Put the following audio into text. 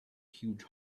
huge